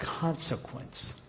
consequence